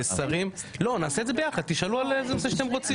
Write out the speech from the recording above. הצעת חוק-יסוד: